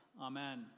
Amen